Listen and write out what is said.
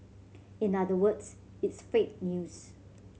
in other words it's fake news